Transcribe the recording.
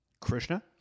Krishna